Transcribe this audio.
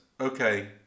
okay